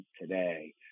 today